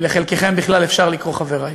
אם לחלקכם בכלל אפשר לקרוא "חברי",